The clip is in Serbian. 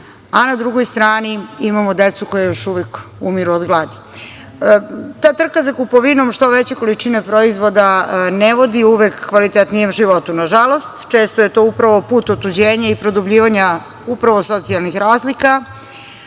a na drugoj strani imamo decu koja još uvek umiru od gladi. Ta trka za kupovinom što veće količine proizvoda ne vodi uvek kvalitetnijem životu. Nažalost, često je to upravo put otuđenja i produbljivanja upravo socijalnih razlika.